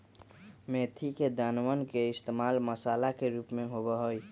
मेथी के दानवन के इश्तेमाल मसाला के रूप में होबा हई